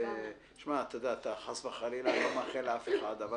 חס וחלילה אני לא מאחל לאף אחד אבל